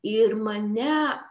ir mane